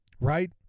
right